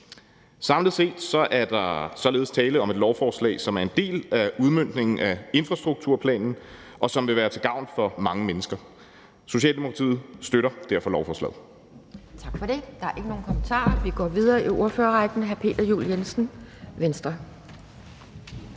Samlet set er der således tale om et lovforslag, som er en del af udmøntningen af infrastrukturplanen, og som vil være til gavn for mange mennesker. Socialdemokratiet støtter derfor lovforslaget.